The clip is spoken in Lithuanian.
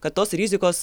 kad tos rizikos